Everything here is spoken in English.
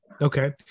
Okay